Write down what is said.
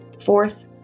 Fourth